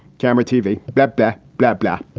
camera, tv. bap, bap, bap, black.